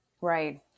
Right